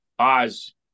Oz